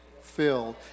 filled